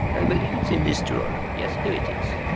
i believe it's in this drawer. yes, here it is.